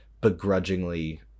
begrudgingly